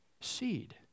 seed